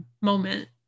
moment